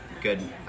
good